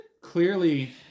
Clearly